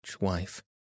wife